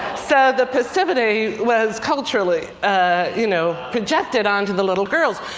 so the passivity was culturally ah you know projected onto the little girls.